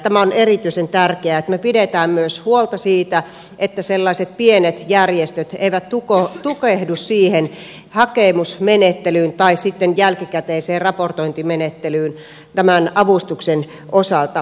tämä on erityisen tärkeää että me pidämme myös huolta siitä että sellaiset pienet järjestöt eivät tukehdu siihen hakemusmenettelyyn tai sitten jälkikäteiseen raportointimenettelyyn tämän avustuksen osalta